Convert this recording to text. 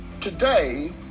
today